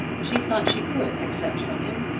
she thought she could accept from him.